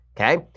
okay